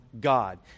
God